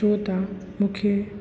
छो त मूंखे